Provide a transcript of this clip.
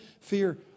fear